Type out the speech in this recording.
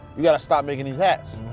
you gotta stop making these hats.